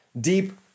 deep